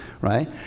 right